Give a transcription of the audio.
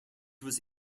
was